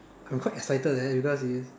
I'm quite excited leh because it's